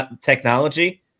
technology